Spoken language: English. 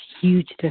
huge